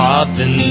often